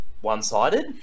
one-sided